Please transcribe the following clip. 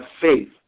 faith